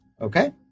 Okay